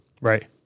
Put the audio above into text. Right